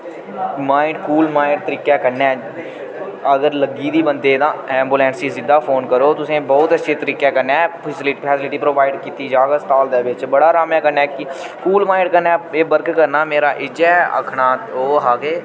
mind cool mind तरीकै कन्नै अगर लग्गी दी बंदे तां एम्बुलेंस ही सिद्धा फोन करो तुसें बहुत अच्छे तरीकै कन्नै फैसिलिटी फैसिलिटी प्रोवाइड कीती जाह्ग हस्तालै दे बिच्च बड़ा अरामै कन्नै कि कूल माइंड कन्नै एह् वर्क करना मेरा इ'यै आखना ओह् हा के